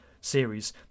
series